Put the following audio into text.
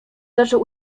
zaczął